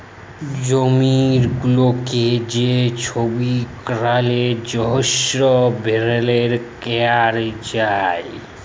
জমি গুলাকে যে ছব কারলের জ্যনহে ব্যাভার ক্যরা যায়